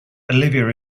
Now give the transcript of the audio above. olivia